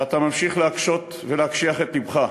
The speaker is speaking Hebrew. ואתה ממשיך להקשות ולהקשיח את לבך.